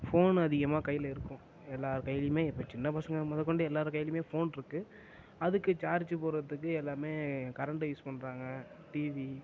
phone அதிகமாக கையில் இருக்கும் எல்லோர் கையிலேயுமே இப்போ ன்ன பசங்க முதகொண்டு எல்லோர் கையிலேயுமே ஃபோன் இருக்கு அதுக்கு சார்ஜு போடுறதுக்கு எல்லாம் கரண்ட்டை யூஸ் பண்ணுறாங்க டிவி